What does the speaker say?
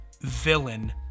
villain